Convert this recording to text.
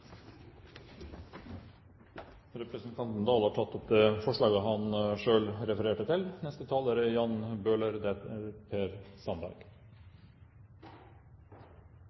Representanten André Oktay Dahl har tatt opp det forslaget han refererte.